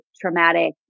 traumatic